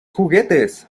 juguetes